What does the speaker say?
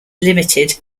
limited